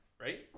Right